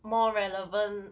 more relevant